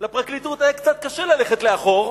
לפרקליטות היה קצת קשה ללכת לאחור,